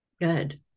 Good